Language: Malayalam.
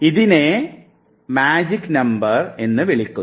ഇതിനെ മാജിക് നമ്പർ എന്ന് വിളിക്കപ്പെടുന്നു